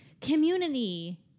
community